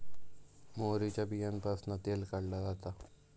मोहरीच्या बीयांपासना तेल काढला जाता